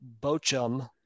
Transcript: Bochum